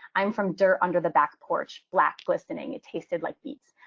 i'm from dirt under the back porch, black, glistening. it tasted like beets.